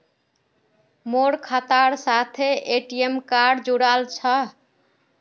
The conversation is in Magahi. मोर खातार साथे ए.टी.एम कार्ड जुड़ाल छह